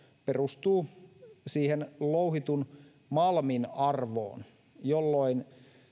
perustuu louhitun malmin arvoon jolloin